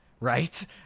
right